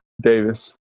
Davis